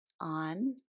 on